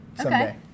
someday